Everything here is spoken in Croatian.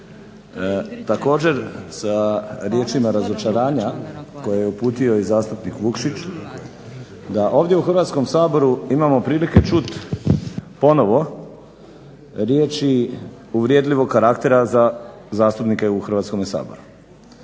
također sa riječima razočaranja koje je uputio i zastupnik Vukšić, da ovdje u Hrvatskom saboru imamo prilike čuti ponovo riječi uvredljivog karaktera za zastupnike u Hrvatskome saboru.